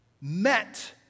met